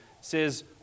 says